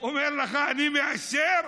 ואומר לך: אני מאשר,